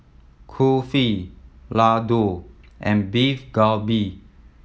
Kulfi Ladoo and Beef Galbi